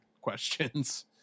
questions